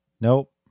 Nope